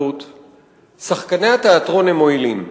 שחקני התיאטרון הם מועילים,